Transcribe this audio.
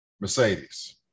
mercedes